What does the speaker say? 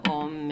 om